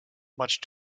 much